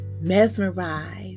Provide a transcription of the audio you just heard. mesmerized